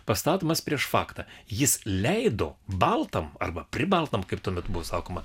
pastatomas prieš faktą jis leido baltam arba pribaltam kaip tuomet buvo sakoma